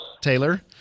taylor